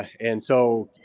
and so